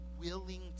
Willing